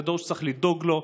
זה דור שצריך לדאוג לו,